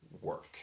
work